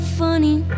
funny